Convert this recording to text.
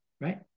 Right